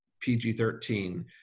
PG-13